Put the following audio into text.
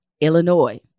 Illinois